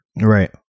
Right